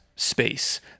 space